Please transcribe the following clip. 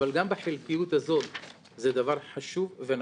אבל גם בחלקיות הזאת זה דבר חשוב ונכון.